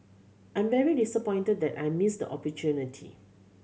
I'm very disappointed that I missed the opportunity